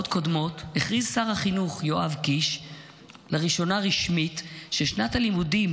שר החינוך יואב קיש רשמית לראשונה ששנת הלימודים